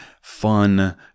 fun